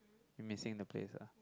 you missing the place ah